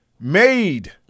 made